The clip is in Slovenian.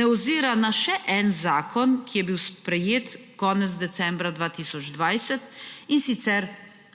ne ozira na še en zakon, ki je bil sprejet konec decembra 2020 in sicer, sedmi